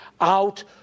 out